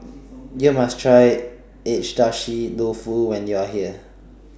YOU must Try Agedashi Dofu when YOU Are here